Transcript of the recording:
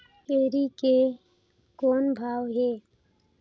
छेरी के कौन भाव हे?